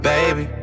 Baby